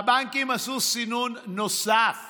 הבנקים עשו סינון נוסף